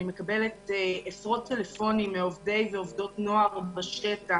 אני מקבלת עשרות טלפונים מעובדי ועובדות נוער בשטח,